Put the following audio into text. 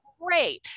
Great